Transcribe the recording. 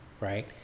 right